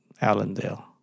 Allendale